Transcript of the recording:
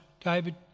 David